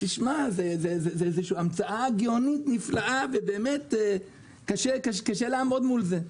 זו המצאה גאונית נפלאה וקשה לעמוד מולה.